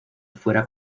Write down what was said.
fuera